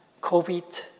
COVID